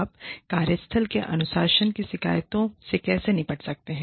आप कार्यस्थल में अनुशासन की शिकायतों से कैसे निपट सकते हैं